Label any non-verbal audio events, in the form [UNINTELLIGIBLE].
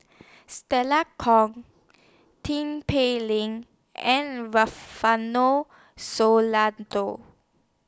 Stella Kon Tin Pei Ling and Rufino [UNINTELLIGIBLE]